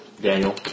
Daniel